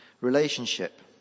relationship